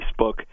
Facebook